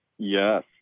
yes